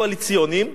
קואליציוניים.